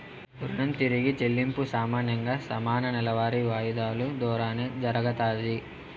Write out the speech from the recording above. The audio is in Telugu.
రుణం తిరిగి చెల్లింపు సామాన్యంగా సమాన నెలవారీ వాయిదాలు దోరానే జరగతాది